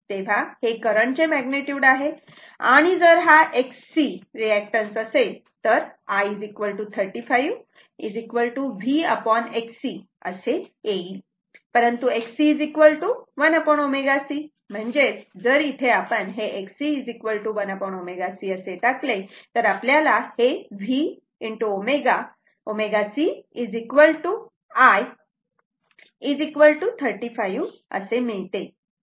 तेव्हा हे करंट चे मॅग्निट्युड आहे आणि जर हा Xc रिऍक्टन्स असेल तर I 35 V Xc असे येईल परंतु Xc 1 ωc म्हणजेच जर आपण इथे हे Xc 1 ωc असे टाकले तर आपल्याला हे V ω cI35 असे मिळते आणि हे होल्टेज V3 आहे